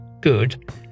good